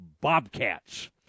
Bobcats